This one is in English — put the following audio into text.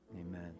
Amen